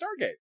Stargate